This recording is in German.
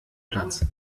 platz